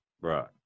Right